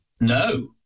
No